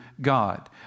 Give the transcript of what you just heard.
God